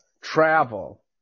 travel